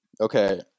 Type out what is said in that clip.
Okay